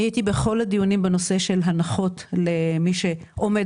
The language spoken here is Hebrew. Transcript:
הייתי בכל הדיונים בנושא של הנחות למי שעומד